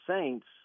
Saints